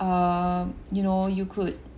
um you know you could